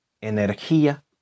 energía